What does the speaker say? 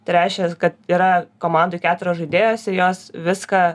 tai reiškias kad yra komandoj keturios žaidėjos ir jos viską